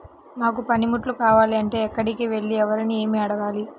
నాకు పనిముట్లు కావాలి అంటే ఎక్కడికి వెళ్లి ఎవరిని ఏమి అడగాలి?